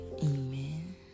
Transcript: Amen